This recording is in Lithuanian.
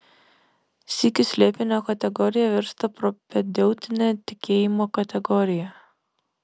sykiu slėpinio kategorija virsta propedeutine tikėjimo kategorija